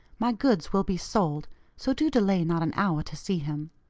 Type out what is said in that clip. my goods will be sold so do delay not an hour to see him.